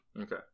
Okay